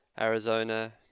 Arizona